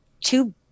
two